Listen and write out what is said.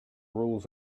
rules